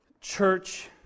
church